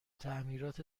تعمیرات